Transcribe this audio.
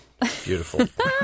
Beautiful